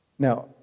Now